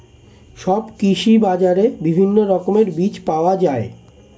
সব কৃষি বাজারে বিভিন্ন রকমের বীজ পাওয়া যায়